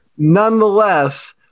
nonetheless